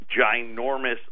ginormous